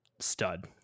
stud